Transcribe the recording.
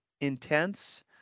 intense